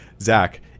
Zach